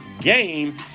game